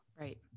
right